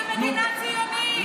זו מדינה ציונית.